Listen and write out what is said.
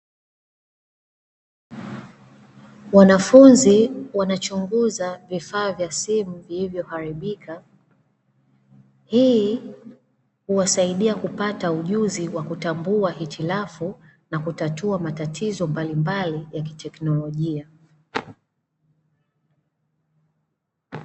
Wanafunzi wanachnguza vifaa vya simu vilivyoharibika. Hii huwasaidia kupata ujuzi wa kutambua hitilafu na kutatua matatizo mbalimbali za kiteknolojia.